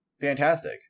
fantastic